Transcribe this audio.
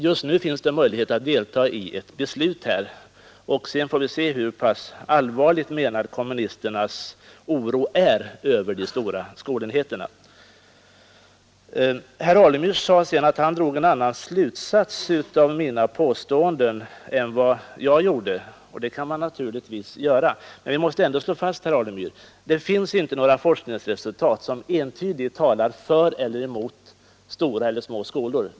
Just nu finns det möjlighet att delta i ett beslutsfattande, och sedan får vi se hur allvarligt menad kommunisternas oro över de stora skolenheterna är. Herr Alemyr sade att han drog en annan slutsats av mina påståenden än vad jag själv gjorde, och det kan man naturligtvis göra. Det måste ändå, herr Alemyr, slås fast att det inte finns några forskningsresultat som entydigt talar för eller emot stora eller små skolor.